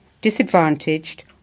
disadvantaged